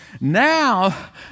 Now